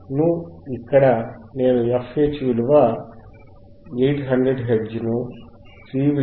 ను ఇక్కడ నేను fH విలువ 800 హెర్ట్జ్ ను C విలువ 0